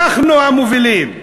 אנחנו המובילים.